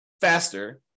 faster